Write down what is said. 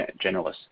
generalists